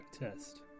test